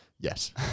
Yes